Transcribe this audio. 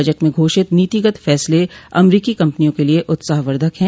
budget में घोषित नीतिगत फैसले अमरीकी कंपनियों के लिए उत्साहवर्धक है